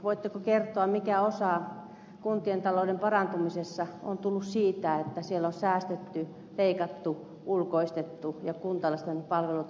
voitteko kertoa mikä osa kuntien talouden parantumisessa on tullut siitä että siellä on säästetty leikattu ulkoistettu ja kuntalaisten palvelut ovat heikentyneet